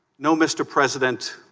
no mr. president